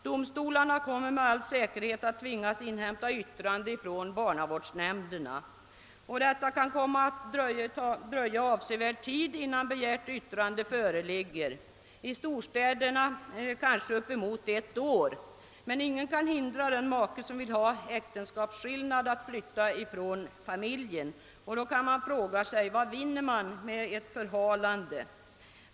Domstolarna kommer med all säkerhet att tvingas inhämta yttrande från barnavårdsnämnderna, och det kan komma att dröja avsevärd tid innan begärt yttrande föreligger, i storstäderna kanske upp emot ett år. Men ingen kan hindra den make som vill ha äktenskapsskillnad att flytta från familjen. Därför kan man fråga sig: Vad vinner man med ett förhalande?